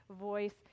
voice